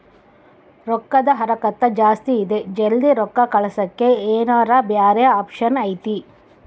ರೊಕ್ಕದ ಹರಕತ್ತ ಜಾಸ್ತಿ ಇದೆ ಜಲ್ದಿ ರೊಕ್ಕ ಕಳಸಕ್ಕೆ ಏನಾರ ಬ್ಯಾರೆ ಆಪ್ಷನ್ ಐತಿ?